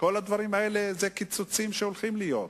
כל הדברים האלה הם קיצוצים שהולכים להיות.